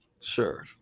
Sure